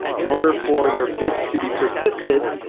in order for your bits to be persisted,